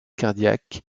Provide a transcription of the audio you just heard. cardiaque